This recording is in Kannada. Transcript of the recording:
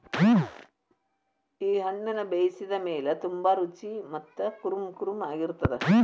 ಈ ಹಣ್ಣುನ ಬೇಯಿಸಿದ ಮೇಲ ತುಂಬಾ ರುಚಿ ಮತ್ತ ಕುರುಂಕುರುಂ ಆಗಿರತ್ತದ